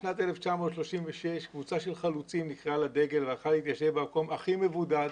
בשנת 1936 קבוצה של חלוצים נקראה לדגל והלכה להתיישב במקום הכי מבודד,